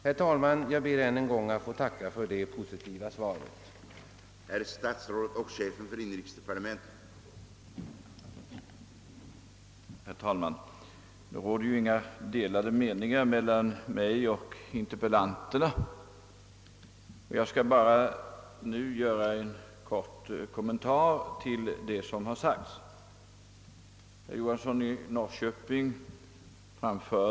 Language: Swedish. Herr talman, jag ber att än en gång få tacka för det positiva svaret.